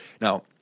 Now